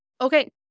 Okay